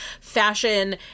fashion